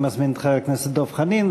אני מזמין את חבר הכנסת דב חנין,